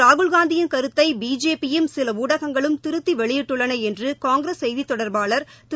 ராகுல்காந்தியின் கருத்தை பிஜேபியும் சில ஊடகங்களும் திருத்தி வெளியிட்டுள்ளன என்று காங்கிரஸ் செய்தித் தொடர்பாளர் திரு